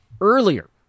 earlier